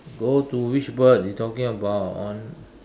go to which bird you talking about on